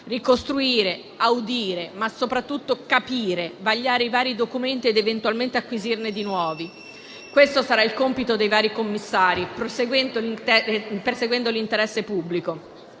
Ricostruire, audire, ma soprattutto capire, vagliare i vari documenti ed eventualmente acquisirne di nuovi: questo sarà il compito dei vari commissari, perseguendo l'interesse pubblico.